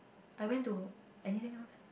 I went to anything else